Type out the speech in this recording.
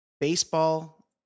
baseball